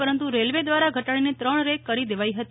પરંતુ રેલવે દ્વારા ઘટાડીને ત્રણ રેક કરી દેવાઈ હતી